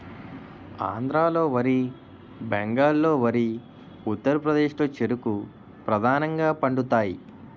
ఆంధ్రాలో వరి బెంగాల్లో వరి ఉత్తరప్రదేశ్లో చెరుకు ప్రధానంగా పండుతాయి